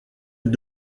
est